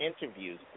interviews